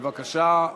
בבקשה.